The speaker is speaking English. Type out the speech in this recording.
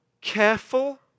careful